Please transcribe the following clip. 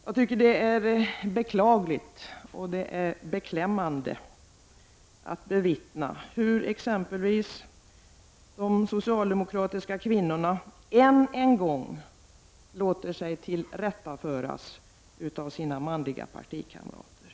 Jag tycker att det är beklagligt och beklämmande att bevittna hur exempelvis de socialdemokratiska kvinnorna än en gång låter sig tillrättaföras av sina manliga partikamrater.